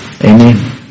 Amen